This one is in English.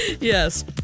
Yes